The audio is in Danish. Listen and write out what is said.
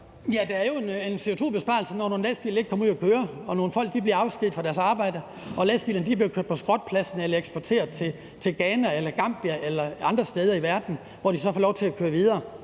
Ja, der er jo en CO2-besparelse, når nogle lastbiler ikke kommer ud at køre og nogle folk bliver afskediget fra deres arbejde og lastbilerne bliver kørt på skrotpladsen eller eksporteret til Ghana eller Gambia eller andre steder i verden, hvor de så får lov til at køre videre.